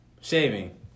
shaving